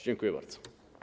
Dziękuję bardzo.